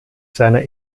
seiner